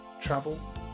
travel